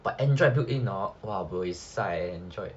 but android built in hor buay sai eh android